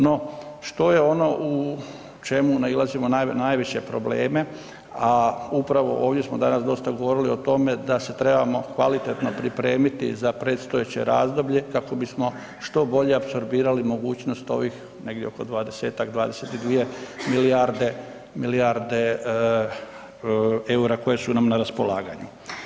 No, što je ono u čemu nailazimo najviše probleme, a upravo ovdje smo danas dosta govorili o tome da se trebamo kvalitetno pripremiti za predstojeće razdoblje kako bismo što bolje apsorbirali mogućnost ovih negdje oko 20-tak, 22 milijarde, milijarde EUR-a koje su nam na raspolaganju.